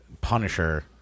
Punisher